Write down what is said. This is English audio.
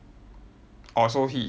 orh so he